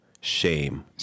Shame